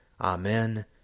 Amen